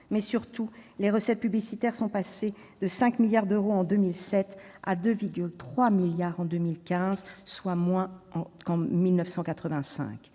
mais surtout, les recettes publicitaires sont passées de 5 milliards d'euros en 2007 à 2,3 milliards en 2015, soit moins qu'en 1985